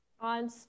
On